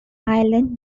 ireland